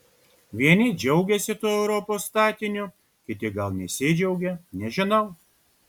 vieni džiaugiasi tuo europos statiniu kiti gal nesidžiaugia nežinau